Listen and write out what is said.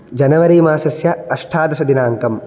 जनवरि मासस्य अष्टादशदिनाङ्कम्